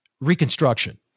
Reconstruction